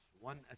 one